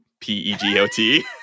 P-E-G-O-T